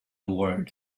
word